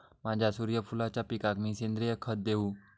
माझ्या सूर्यफुलाच्या पिकाक मी सेंद्रिय खत देवू?